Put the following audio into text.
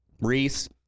Reese